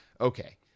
okay